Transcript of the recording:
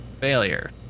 Failure